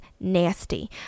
nasty